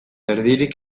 erdirik